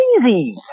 crazy